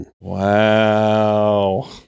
Wow